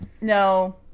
No